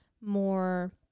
More